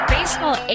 Baseball